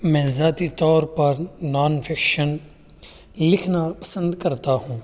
میں ذاتی طور پر نان فکشن لکھنا پسند کرتا ہوں